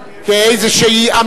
כבר שבע שנים,